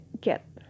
get